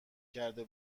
کرده